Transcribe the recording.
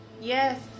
Yes